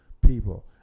people